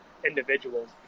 individuals